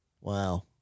wow